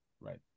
Right